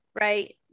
right